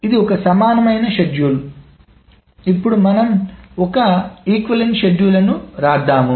ఇప్పుడు ఇది ఒక సమానమైన షెడ్యూల్ ఇప్పుడు మనము ఒక సమానమైన షెడ్యూల్ ని రాద్దాము